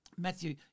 Matthew